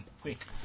Quick